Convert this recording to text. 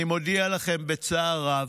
אני מודיע לכם בצער רב: